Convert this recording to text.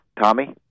Tommy